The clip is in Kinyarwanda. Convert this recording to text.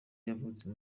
yavutse